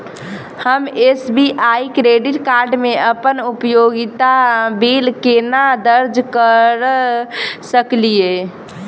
हम SBI credit card मे अप्पन उपयोगिता बिल केना दर्ज करऽ सकलिये?